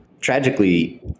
tragically